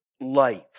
life